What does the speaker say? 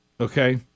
okay